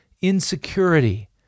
insecurity